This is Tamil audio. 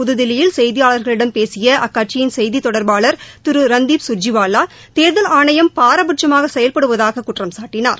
புதுதில்லியில் செய்தியாளர்களிடம் பேசிய அக்கட்சியின் செய்தி தொடர்பாளர் திரு ரந்தீப் சுர்ஜிவாலா தேர்தல் ஆணையம் பாரபட்சமாக செயல்படுவதாக குற்றம் சாட்டினார்